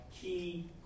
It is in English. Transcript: key